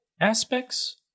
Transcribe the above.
aspects